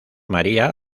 maria